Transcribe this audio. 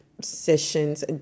sessions